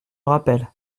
rappelle